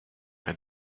and